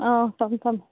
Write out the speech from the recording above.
ꯑꯥ ꯊꯝꯃꯦ ꯊꯝꯃꯦ